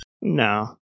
No